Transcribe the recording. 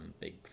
big